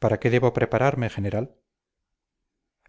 para qué debo prepararme general